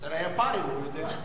אצל היפנים, הוא יודע.